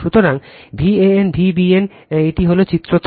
সুতরাং Van Vbn এটি হল চিত্র 3